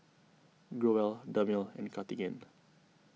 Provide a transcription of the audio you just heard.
Growell Dermale and Cartigain